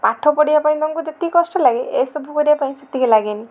ପାଠ ପଢ଼ିବା ପାଇଁ ତାଙ୍କୁ ଯେତିକି କଷ୍ଟ ଲାଗେ ଏସବୁ କରିବା ପାଇଁ ସେତିକି ଲାଗେନି